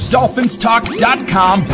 DolphinsTalk.com